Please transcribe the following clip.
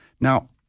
Now